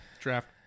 draft